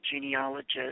Genealogist